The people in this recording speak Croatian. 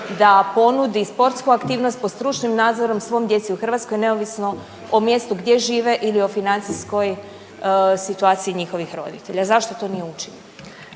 da ponudi sportsku aktivnosti pod stručnim nadzorom svoj djeci u Hrvatskoj, neovisno o mjestu gdje žive ili o financijskoj situaciji njihovi roditelja. Zašto to nije učinjeno?